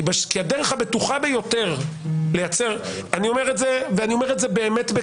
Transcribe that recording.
כי הדרך הבטוחה ביותר לייצר ואני אומר את זה בכאב,